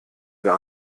wer